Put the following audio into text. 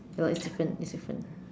ya lor it's different it's different